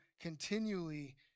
continually